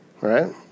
right